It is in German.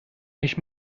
ich